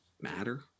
matter